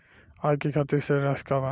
आज के खातिर शेष राशि का बा?